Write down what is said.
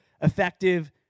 effective